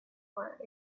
for